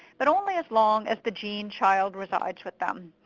but only as long as the gene child resides with them.